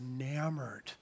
enamored